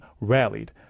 rallied